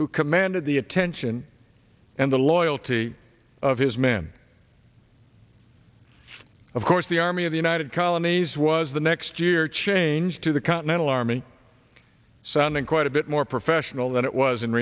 who commanded the attention and the loyalty of his men of course the army of the united colonies was the next year change to the continental army sounding quite a bit more professional than it was in